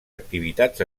activitats